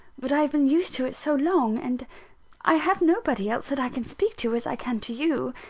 but i have been used to it so long and i have nobody else that i can speak to as i can to you.